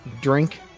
drink